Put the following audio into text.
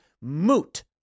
moot